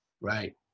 Right